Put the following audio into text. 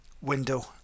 window